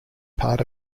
part